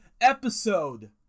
episode